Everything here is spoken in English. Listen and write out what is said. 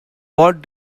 what